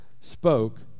spoke